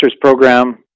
program